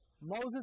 Moses